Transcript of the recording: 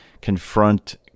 confront